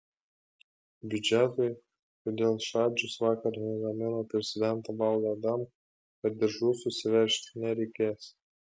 biudžetui todėl šadžius vakar nuramino prezidentą valdą adamkų kad diržų susiveržti nereikės